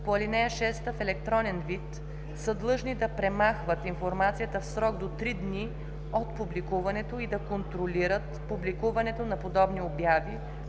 по ал. 6 в електронен вид, са длъжни да премахват информацията в срок до три дни от публикуването и да контролират публикуването на подобни